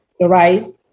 right